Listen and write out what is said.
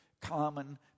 common